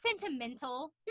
sentimental